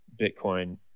Bitcoin